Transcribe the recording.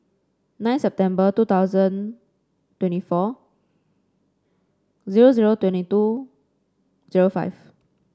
nine September two thousand twenty four zero zero twenty two zero five